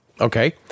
Okay